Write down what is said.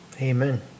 Amen